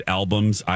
albums